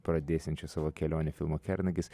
pradėsiančio savo kelionę filmo kernagis